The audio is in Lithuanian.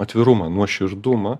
atvirumą nuoširdumą